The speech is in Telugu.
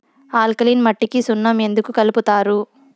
ఆల్కలీన్ మట్టికి సున్నం ఎందుకు కలుపుతారు